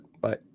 Bye